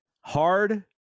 hard